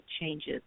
changes